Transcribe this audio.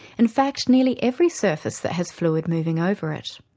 in fact nearly every surface that has fluid moving over it.